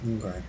Okay